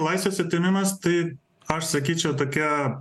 laisvės atėmimas tai aš sakyčiau tokia